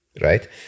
right